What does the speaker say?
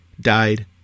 died